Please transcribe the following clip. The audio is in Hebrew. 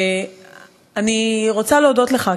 אני רוצה להודות לך,